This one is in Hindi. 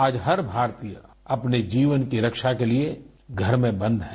आज हर भारतीय अपने जीवन की रक्षा के लिए घर में बंद है